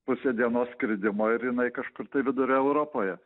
pusė dienos skridimo ir jinai kažkur tai vidurio europoje